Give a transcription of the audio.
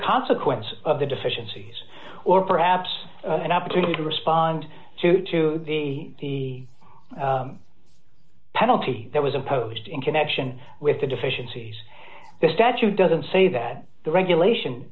consequences of the deficiencies or perhaps an opportunity to respond to to the penalty that was opposed in connection with the deficiencies the statute doesn't say that the regulation